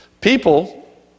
People